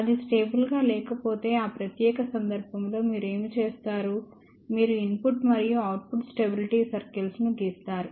అది స్టేబుల్ గా లేకపోతే ఆ ప్రత్యేక సందర్భంలో మీరు ఏమి చేస్తారు మీరు ఇన్పుట్ మరియు అవుట్పుట్ స్టెబిలిటీ సర్కిల్స్ ను గీస్తారు